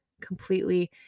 completely